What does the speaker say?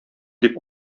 дип